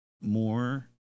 more